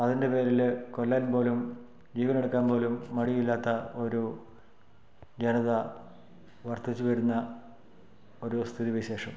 അതിൻ്റെ പേരിൽ കൊല്ലാൻ പോലും ജീവനെടുക്കാൻ പോലും മടിയില്ലാത്ത ഒരു ജനത വര്ദ്ധിച്ചു വരുന്ന ഒരു സ്ഥിതി വിശേഷം